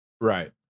Right